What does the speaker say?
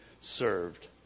served